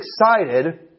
excited